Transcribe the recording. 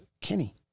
Kenny